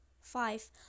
five